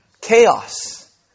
Chaos